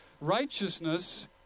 righteousness